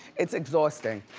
it's exhausting,